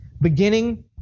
Beginning